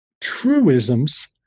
truisms